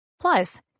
Plus